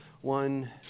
One